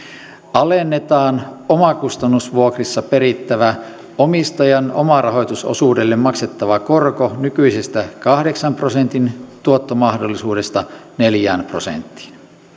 alennetaan omakustannusvuokrissa perittävä omistajan omarahoitusosuudelle maksettava korko nykyisestä kahdeksan prosentin tuottomahdollisuudesta neljään prosenttiin